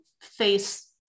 face